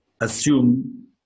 assume